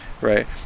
right